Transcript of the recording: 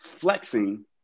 flexing